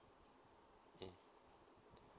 mm